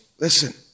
listen